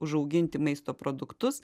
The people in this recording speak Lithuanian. užauginti maisto produktus